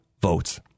Votes